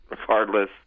regardless